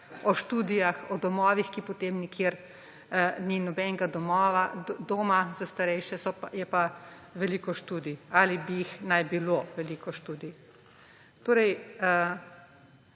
o študijah, o domovih, kjer potem nikjer ni nobenega doma za starejše, je pa veliko študij, ali bi naj bilo veliko študij. Torej